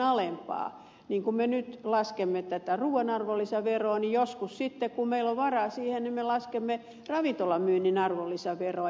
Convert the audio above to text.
niin kuin me nyt laskemme tätä ruuan arvonlisäveroa niin joskus sitten kun meillä on varaa siihen me laskemme ravintolamyynnin arvonlisäveroa